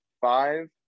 five